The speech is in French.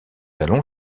allons